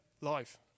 life